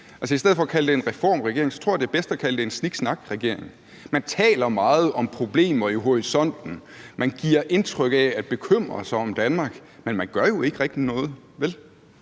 I stedet for at kalde det en reformregering tror jeg, det er bedst at kalde det en sniksnakregering. Man taler meget om problemer i horisonten, man giver indtryk af at bekymre sig om Danmark, men man gør jo ikke rigtig noget, vel?